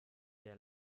der